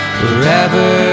forever